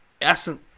essence